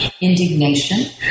indignation